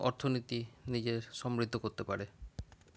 অর্থনীতি নিজের সমৃদ্ধ করতে পারে